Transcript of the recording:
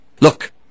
Look